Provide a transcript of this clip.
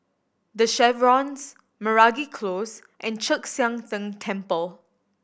The Chevrons Meragi Close and Chek Sian Tng Temple